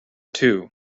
two